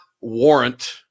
warrant